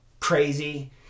crazy